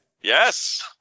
Yes